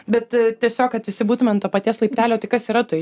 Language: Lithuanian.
bet tiesiog kad visi būtume ant to paties laiptelio tai kas yra tai